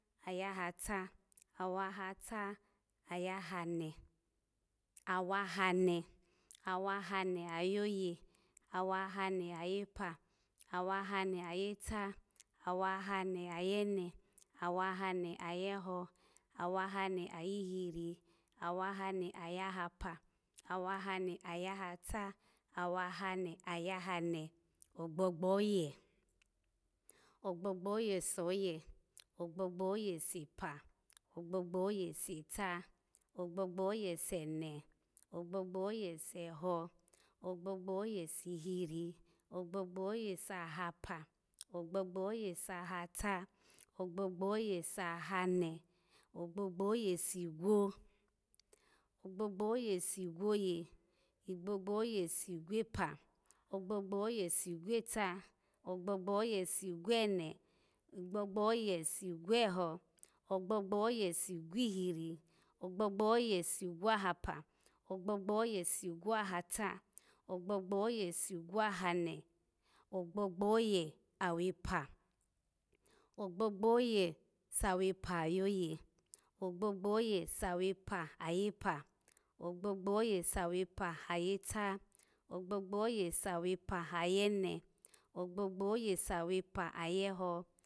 Aya hata, awahata ayahane, awahane ayoye, awahane ayepa, awahane ayeta, awahane ayene, awahane ayeho, awahane ayihiri, awahane ayahapa, awahane ayahata, awahane ayahane, ogbogboye, gbogboye soye, ogbogbo oye sepa, ogbogbo oye seta, ogbogbo oye sene, ogbogbo oye seho, ogbogbo oye sihirim ogbogbo oye sahapa, ogbogbo oye sahata, ogbogbo oye sahane, ogbogbo segwo, ogbogbo sigwoye, ogbogbo oyesigwopa, ogbogbo oye sigwota, ogbogbo oye sigwone, ogbogbo oye sigwowo, ogbogbo oye sigwohiri, ogbogbo oye sigwohapa, ogbogbo oye sigwohata, ogbogbo oye sigwo hane, ogbogbo oye awepa, ogbogbo oye sawepa ayoye, ogbogbo oye sawepa ayeta, ogbogbo oye sawepa ayene, ogbogbo oye sawepa ayeho